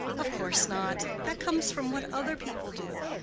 of course not that comes from what other people do.